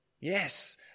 yes